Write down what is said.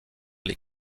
les